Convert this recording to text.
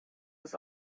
was